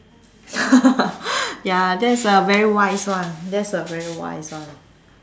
ya that's a very wise one that's a very wise one